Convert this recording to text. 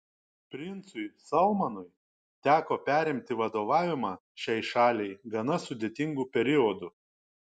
princui salmanui teko perimti vadovavimą šiai šaliai gana sudėtingu periodu